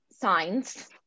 signs